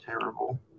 terrible